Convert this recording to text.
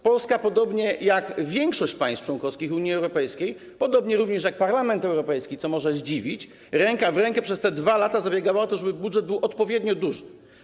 Polska, podobnie jak większość państw członkowskich Unii Europejskiej, również podobnie jak Parlament Europejski, co może zdziwić, ręka w rękę przez te 2 lata zabiegała o to, żeby budżet był odpowiednio duży.